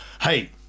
hey